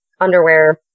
underwear